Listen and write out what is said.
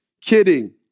kidding